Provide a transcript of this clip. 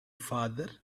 father